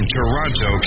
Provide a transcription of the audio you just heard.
Toronto